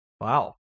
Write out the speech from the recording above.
Wow